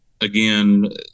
again